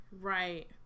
right